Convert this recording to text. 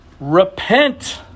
repent